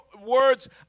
words